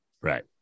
Right